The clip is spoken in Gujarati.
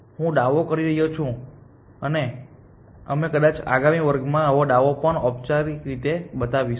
અને હું દાવો કરી રહ્યો છું અને અમે કદાચ આગામી વર્ગમાં આ દાવો વધુ ઔપચારિક રીતે બતાવીશું